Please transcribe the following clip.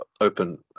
open